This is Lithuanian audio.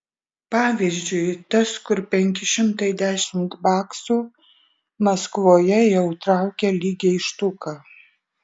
pavyzdžiui tas kur penki šimtai dešimt baksų maskvoje jau traukia lygiai štuką